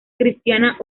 cristiana